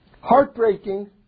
heartbreaking